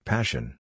Passion